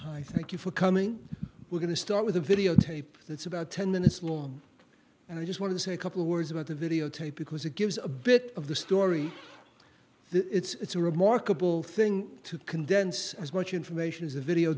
i i thank you for coming in we're going to start with a videotape that's about ten minutes long and i just want to say a couple words about the videotape because it gives a bit of the story it's a remarkable thing to condense as much information as a video